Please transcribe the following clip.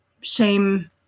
Shame